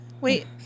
Wait